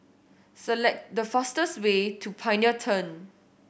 select the fastest way to Pioneer Turn